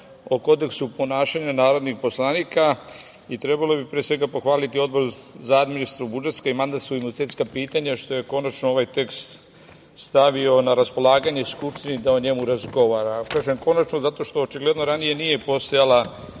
o kodeksu ponašanja narodnih poslanika i trebalo bi pre svega pohvaliti Odbor za administrativno-budžetska i mandatno-imunitetska pitanja što je konačno ovaj tekst stavio na raspolaganje Skupštini da o njemu razgovara. Kažem „konačno“, zato što očigledno ranije nije postojala